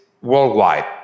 worldwide